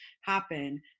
happen